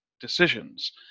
decisions